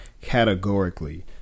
categorically